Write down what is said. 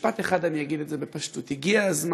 ובמשפט אחד אני אגיד את זה בפשטות: הגיע הזמן,